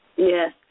Yes